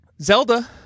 Zelda